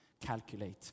calculate